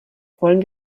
wollen